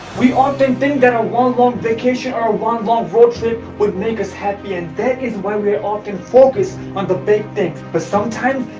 we often think that a one long vacation or one long road trip would make us happy and is why we often focused on the big things but sometimes,